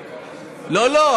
לא, לא.